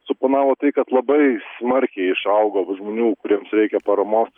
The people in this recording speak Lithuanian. suponavo tai kad labai smarkiai išaugo žmonių kuriems reikia paramos